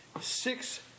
six